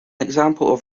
example